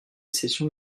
cessions